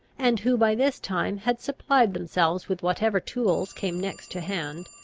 and who by this time had supplied themselves with whatever tools came next to hand,